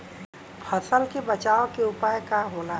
फसल के बचाव के उपाय का होला?